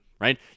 right